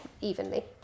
evenly